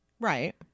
Right